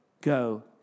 Go